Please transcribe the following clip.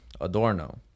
Adorno